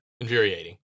infuriating